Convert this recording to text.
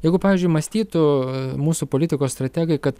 jeigu pavyzdžiui mąstytų mūsų politikos strategai kad